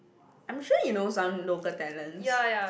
I'm sure you know some local talents